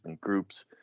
groups